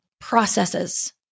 processes